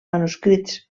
manuscrits